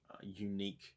unique